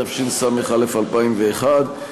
התשס"א 2001,